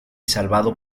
salvado